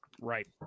right